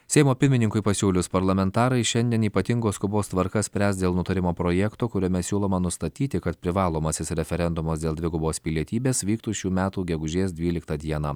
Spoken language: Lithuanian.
seimo pirmininkui pasiūlius parlamentarai šiandien ypatingos skubos tvarka spręs dėl nutarimo projekto kuriame siūloma nustatyti kad privalomasis referendumas dėl dvigubos pilietybės vyktų šių metų gegužės dvyliktą dieną